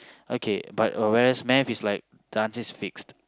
okay but whereas maths is like the answer is fixed